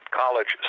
college